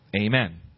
Amen